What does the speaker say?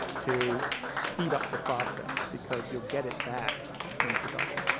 to speed up the process, because you'll get it back in production.